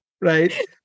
right